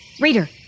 Reader